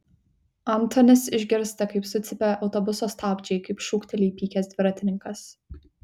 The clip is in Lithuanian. antonis išgirsta kaip sucypia autobuso stabdžiai kaip šūkteli įpykęs dviratininkas